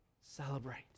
Celebrate